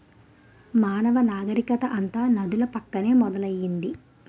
మానవ నాగరికత అంతా నదుల పక్కనే మొదలైంది